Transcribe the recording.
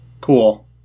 Cool